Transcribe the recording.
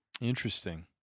Interesting